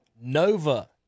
Nova